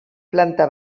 planta